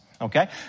okay